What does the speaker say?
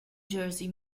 jersey